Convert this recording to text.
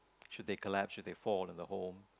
should they collapse should they fall in the home